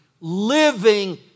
living